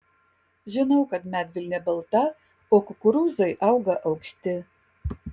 žinau kad medvilnė balta o kukurūzai auga aukšti